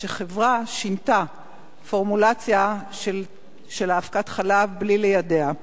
שחברה שינתה פורמולציה של אבקת חלב בלי ליידע,